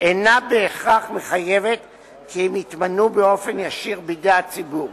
אינה מחייבת בהכרח כי הם יתמנו באופן ישיר בידי הציבור.